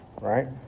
right